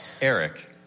Eric